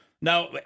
Now